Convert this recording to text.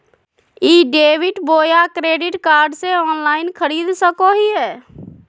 ई debit बोया credit card से online खरीद सको हिए?